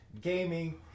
Gaming